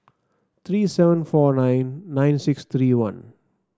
three seven four nine nine six three one